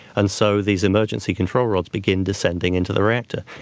and so these emergency control rods begin descending into the reactor.